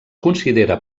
considera